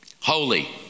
Holy